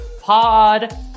pod